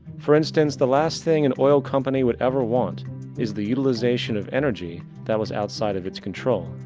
for instance, the last thing an oil company would ever want is the utilization of energy that was outside of it's control.